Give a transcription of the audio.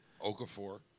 Okafor